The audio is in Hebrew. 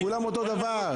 כולנו אותו הדבר.